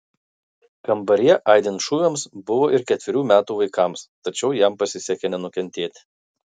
kambaryje aidint šūviams buvo ir ketverių metų vaikams tačiau jam pasisekė nenukentėti